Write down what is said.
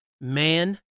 Man